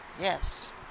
Yes